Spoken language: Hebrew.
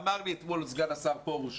אמר לי אתמול סגן השר פורוש